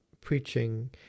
preaching